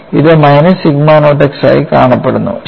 ഇത് minus sigma naught x ആയി കാണപ്പെടുന്നു ശരി